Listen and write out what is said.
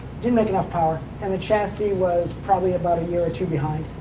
didn't make enough power. and the chassis was probably about a year or two behind.